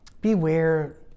Beware